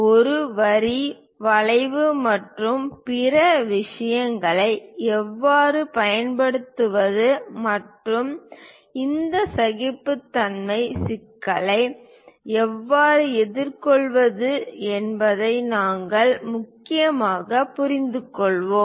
ஒரு வரி வளைவு மற்றும் பிற விஷயங்களை எவ்வாறு பரிமாணப்படுத்துவது மற்றும் இந்த சகிப்புத்தன்மை சிக்கலை எவ்வாறு எதிர்கொள்வது என்பதை நாங்கள் முக்கியமாக புரிந்துகொள்வோம்